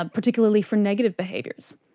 ah particularly for negative behaviours?